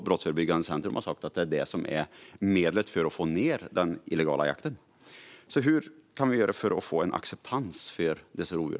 Brottsförebyggande Centrum har sagt att det är detta som är medlet för att få ned den illegala jakten. Hur kan vi göra för att få en acceptans för dessa rovdjur?